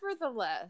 nevertheless